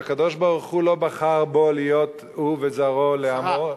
והקדוש-ברוך-הוא לא בחר בו להיות הוא וזרעו לעמו,